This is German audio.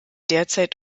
derzeit